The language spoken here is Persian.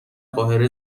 قاهره